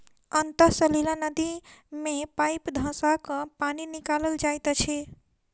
अंतः सलीला नदी मे पाइप धँसा क पानि निकालल जाइत अछि